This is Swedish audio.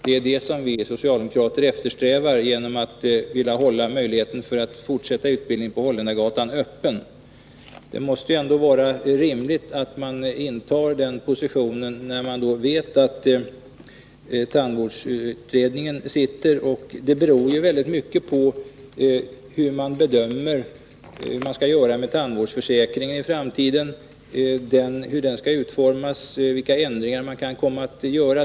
Det är det vi socialdemokrater eftersträvar genom att vilja hålla möjligheten att fortsätta utbildningen vid Holländargatan öppen. Det måste vara rimligt att inta den positionen, när man vet att tandvårdsutredningen arbetar. Det beror väldigt mycket på hur man bedömer vad man skall göra med tandvårdsförsäkringen i framtiden, hur den skall utformas och vilka ändringar man kan komma att göra.